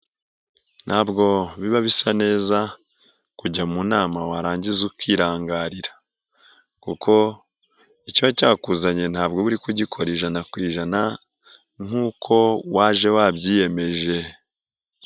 Ntabwo biba bisa neza, kujya mu nama warangiza ukirangarira kuko ikiba cyakuzanye ntabwo uba uri kugikora ijana ku ijana nk'uko waje wabyiyemeje.